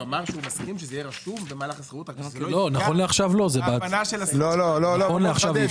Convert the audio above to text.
נכון לעכשיו אי אפשר.